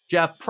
Jeff